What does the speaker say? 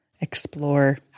explore